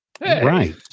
Right